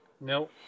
No